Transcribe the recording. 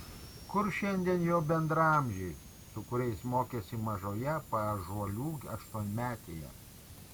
kur šiandien jo bendraamžiai su kuriais mokėsi mažoje paąžuolių aštuonmetėje